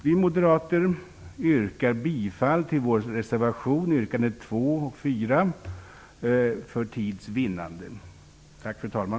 Vi moderater yrkar för tids vinnande bifall bara till vår reservation nr 14.